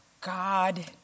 God